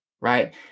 right